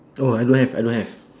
orh I don't have I don't have